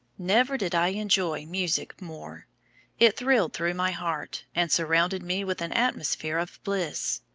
never did i enjoy music more it thrilled through my heart, and surrounded me with an atmosphere of bliss.